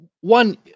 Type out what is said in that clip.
one